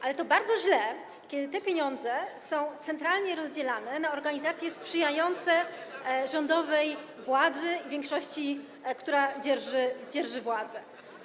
Ale to bardzo źle, kiedy te pieniądze są centralnie rozdzielane na organizacje sprzyjające rządowej władzy i większości, która dzierży władzę.